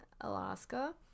Alaska